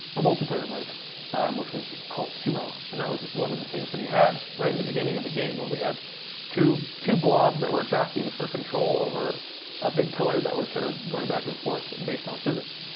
multiplayer mode which was called sumo. and that was one of the things that he had right in the beginning of the game, where we had two two blobs that were jockeying for control over a big pillar that was kind of going back and forth based on physics.